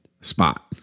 spot